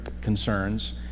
concerns